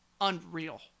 Unreal